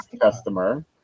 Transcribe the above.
customer